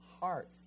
heart